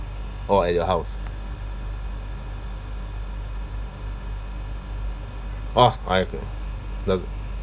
oh at your house oh